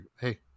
Hey